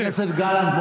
חבר הכנסת גלנט,